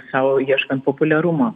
sau ieškant populiarumo